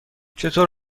چطور